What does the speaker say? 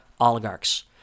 oligarchs